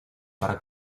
para